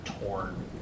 torn